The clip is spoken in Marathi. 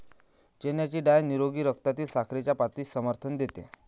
चण्याची डाळ निरोगी रक्तातील साखरेच्या पातळीस समर्थन देते